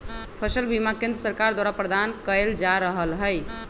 फसल बीमा केंद्र सरकार द्वारा प्रदान कएल जा रहल हइ